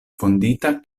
fondita